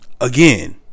Again